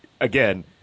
again